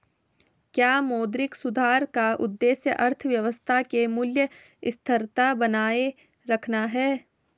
क्या मौद्रिक सुधार का उद्देश्य अर्थव्यवस्था में मूल्य स्थिरता बनाए रखना है?